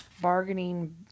Bargaining